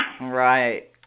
Right